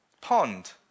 Pond